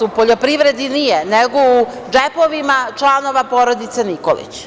U poljoprivredi nije, nego u džepovima članova porodice Nikolić.